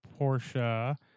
Porsche